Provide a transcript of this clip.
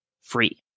free